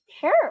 Sure